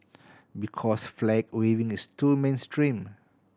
because flag waving is too mainstream